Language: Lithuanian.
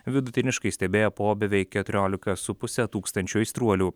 vidutiniškai stebėjo po beveik keturiolika su puse tūkstančio aistruolių